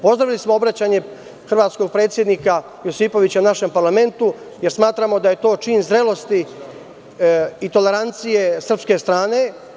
Pozdravili smo obraćanje hrvatskog predsednika Josipovića našem parlamentu, jer smatramo da je to čin zrelosti i tolerancije srpske strane.